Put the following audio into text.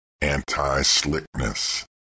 anti-slickness